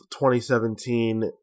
2017